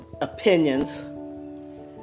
opinions